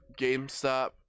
GameStop